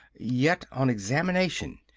yet on examination.